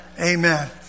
Amen